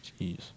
Jeez